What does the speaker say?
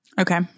Okay